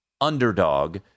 underdog